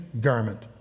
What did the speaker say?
garment